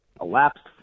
elapsed